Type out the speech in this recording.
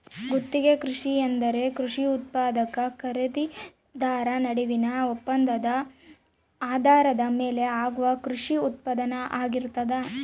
ಗುತ್ತಿಗೆ ಕೃಷಿ ಎಂದರೆ ಕೃಷಿ ಉತ್ಪಾದಕ ಖರೀದಿದಾರ ನಡುವಿನ ಒಪ್ಪಂದದ ಆಧಾರದ ಮೇಲೆ ಆಗುವ ಕೃಷಿ ಉತ್ಪಾನ್ನ ಆಗಿರ್ತದ